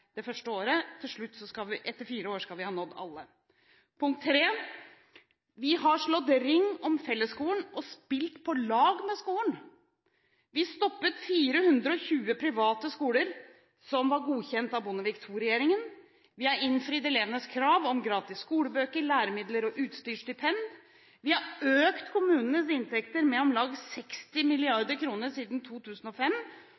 det første året. Etter fire år skal vi ha nådd alle. For det tredje har vi slått ring om fellesskolen og spilt på lag med skolen. Vi stoppet 420 private skoler som var godkjent av Bondevik II-regjeringen. Vi har innfridd elevenes krav om gratis skolebøker, læremidler og utstyrsstipend. Vi har økt kommunenes inntekter med om lag 60